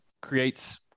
creates